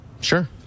Sure